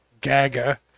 gaga